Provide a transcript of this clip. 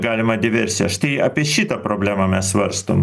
galimą diversiją štai apie šitą problemą mes svarstom